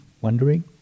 Wondering